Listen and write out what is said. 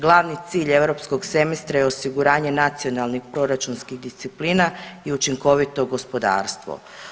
Glavni cilj europskog semestra je osiguranje nacionalnih proračunskih disciplina i učinkovito gospodarstvo.